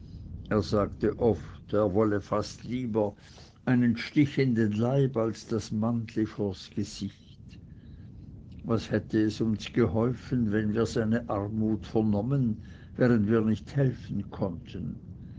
er sagte oft er wollte fast lieber einen stich in den leib als das mannli vors gesicht was hätte es uns geholfen wenn wir seine armut vernommen während wir nicht helfen konnten